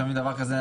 שומעים דבר כזה,